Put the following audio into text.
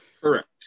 Correct